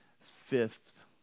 fifth